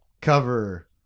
cover